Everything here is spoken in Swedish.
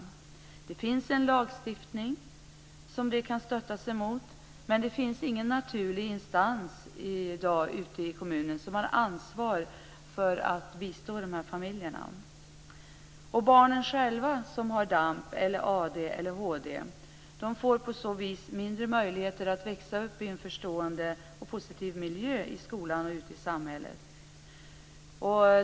Det finns lagstiftning som de kan stötta sig emot, men det finns ingen naturlig instans ute i kommunerna som har ansvar för att bistå de här familjerna. De barn som har DAMP eller ADHD får på så vis mindre möjligheter att växa upp i en förstående och positiv miljö i skolan och ute i samhället.